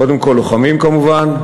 קודם כול לוחמים כמובן,